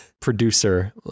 producer